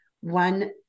one